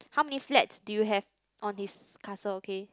how many flats do you have on this castle okay